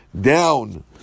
down